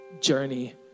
journey